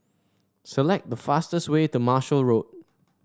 select the fastest way to Marshall Road